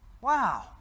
Wow